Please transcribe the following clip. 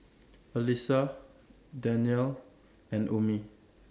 Alyssa Daniel and Ummi